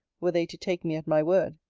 were they to take me at my word!